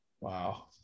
Wow